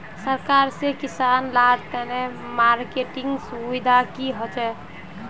सरकार से किसान लार तने मार्केटिंग सुविधा की होचे?